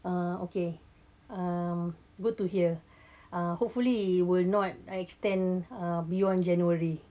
uh okay um good to hear ah hopefully it will not extend beyond january